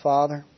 Father